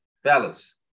Fellas